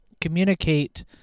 communicate